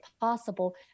possible